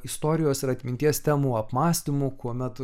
istorijos ir atminties temų apmąstymu kuomet